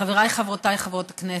חבריי, חברותיי חברות הכנסת,